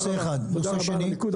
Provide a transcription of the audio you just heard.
תודה רבה על המיקוד.